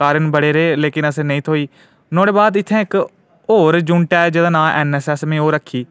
कारण बडे रेह् लेकिन असें ई नेईं थ्होई पर नुहाड़े बाद इत्थै इक और युनिट ऐ जेह्दा नां ऐ एन एस एस में ओह् रक्खी